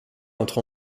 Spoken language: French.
entre